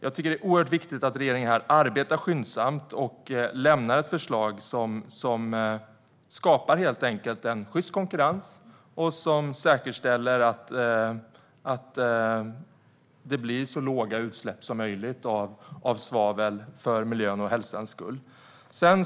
Det är oerhört viktigt att regeringen här arbetar skyndsamt och lämnar ett förslag som helt enkelt skapar en sjyst konkurrens och som säkerställer att det blir så låga utsläpp av svavel som möjligt, för miljöns och hälsans skull. Herr talman!